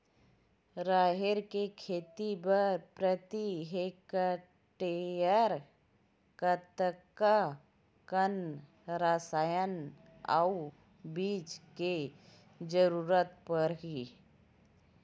राहेर के खेती बर प्रति हेक्टेयर कतका कन रसायन अउ बीज के जरूरत पड़ही?